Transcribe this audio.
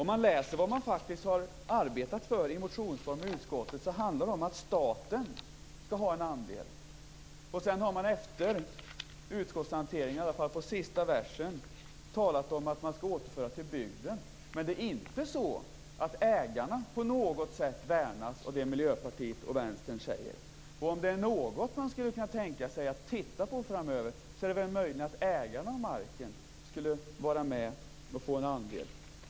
Om man läser vad de faktiskt har arbetet för i motionsform och i utskottet handlar det om att staten skall ha en andel. Sedan har man, efter utskottshanteringen, talat om att man skall återföra pengar till bygden. Men det är inte så att ägarna på något sätt värnas av det Miljöpartiet och Vänstern säger. Om det är något man skulle kunna tänka sig att titta på framöver är det väl möjligen att ägarna av marken skall vara med och få en andel.